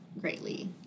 greatly